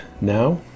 now